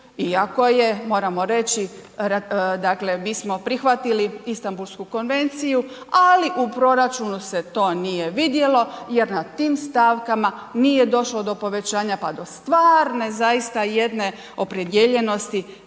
iako su, moramo reći dakle mi smo prihvatili Istambulsku konvenciju, ali u proračunu se to nije vidjelo jer na tim stavkama nije došlo do povećanja, pa do stvarne zaista jedne opredijeljenosti